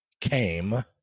came